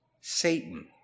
Satan